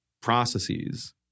processes